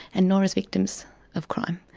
and nor as victims of crime.